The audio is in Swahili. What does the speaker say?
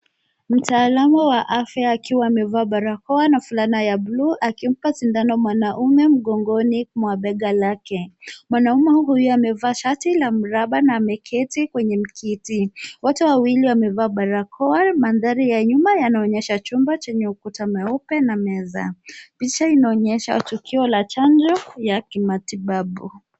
Mtaalamu wa afya akiwa amevaa barakoa na fulana ya bluu akimpa sindano mwanaume mgongoni mwa bega lake. Mwanaume huyu amevaa shati la mraba na ameketi kwenye kiti. Wote wawili wamevaa barakoa, mandhari ya nyuma yanaonyesha chumba chenye ukuta mweupe na meza. Picha inaonyesha tukio la chanjo ya kimatibabu.